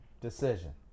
decision